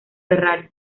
ferrari